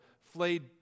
flayed